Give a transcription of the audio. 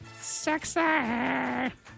Sexy